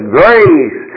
grace